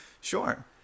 Sure